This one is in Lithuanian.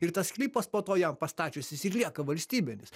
ir tas sklypas po to jam pastačius jis ir lieka valstybinis